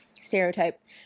stereotype